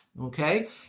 Okay